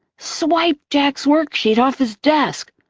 swiped jack's worksheet off his desk,